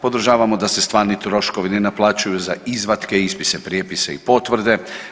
Podržavamo da se stvarni troškovi ne naplaćuju za izvatke, ispise, prijepise i potvrde.